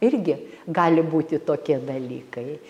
irgi gali būti tokie dalykai